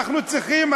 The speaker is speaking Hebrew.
אנחנו צריכים,